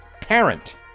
parent